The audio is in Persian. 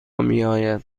میآید